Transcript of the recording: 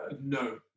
no